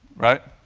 right?